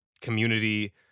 community